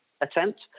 attempt